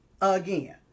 again